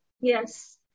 Yes